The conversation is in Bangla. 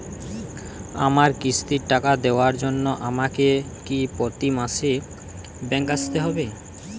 আমার কিস্তির টাকা দেওয়ার জন্য আমাকে কি প্রতি মাসে ব্যাংক আসতে হব?